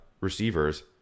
receivers